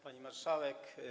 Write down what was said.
Pani Marszałek!